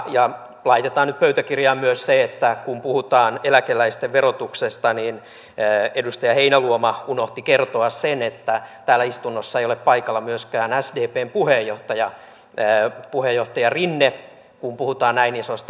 ja laitetaan nyt pöytäkirjaan myös se että kun puhutaan eläkeläisten verotuksesta niin edustaja heinäluoma unohti kertoa sen että täällä istunnossa ei ole paikalla myöskään sdpn puheenjohtaja rinne kun puhutaan näin isosta asiasta